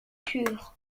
pur